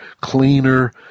cleaner